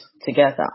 together